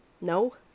No